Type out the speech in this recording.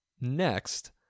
Next